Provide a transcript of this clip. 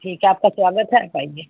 ठीक है आपका स्वागत है आप आइए